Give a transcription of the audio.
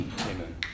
Amen